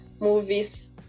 movies